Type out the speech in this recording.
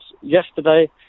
Yesterday